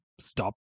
stop